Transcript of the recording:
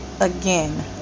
Again